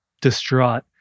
distraught